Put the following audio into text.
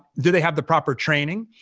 do they have the proper training?